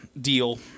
deal